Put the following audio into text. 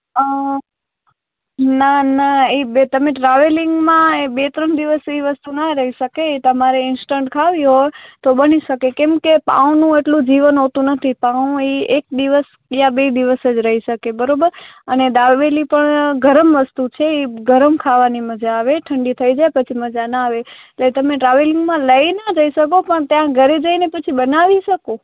ના ના એ બે તમે ટ્રાવેલિંગમાં બે ત્રણ દિવસ એ વસ્તુ ના રહી શકે તમારે ઇન્સ્ટન્ટ ખાવી હોય તો બની શકે કેમ કે પાંઉનું એટલું જીવન હોતું નથી પાંઉ એ એક દિવસ યા બે દિવસ જ રહી શકે બરાબર અને દાબેલી પણ ગરમ વસ્તુ છે એ ગરમ ખાવાની મજા આવે ઠંડી થઇ જાય પછી મજા ના આવે એટલે તમે ટ્રાવેલિંગમાં લઇ જઈ ના શકો પણ ત્યાં ઘરે જઈને પછી બનાવી શકો